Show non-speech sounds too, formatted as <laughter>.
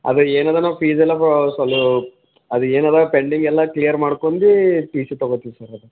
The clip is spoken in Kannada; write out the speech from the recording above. ಅದು ಏನು ಅದೆನೋ ಫೀಸೆಲ್ಲ <unintelligible> ಅದು ಏನಿದೆ ಪೆಂಡಿಂಗ್ ಎಲ್ಲ ಕ್ಲಿಯರ್ ಮಾಡ್ಕೊಂಡಿ ಟಿ ಸಿ ತಗೋತೀವಿ ಸರ್ ಅದು